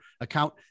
account